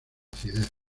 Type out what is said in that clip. acidez